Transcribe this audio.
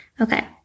Okay